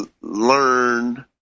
learn